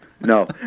No